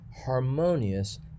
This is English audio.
harmonious